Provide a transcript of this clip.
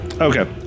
Okay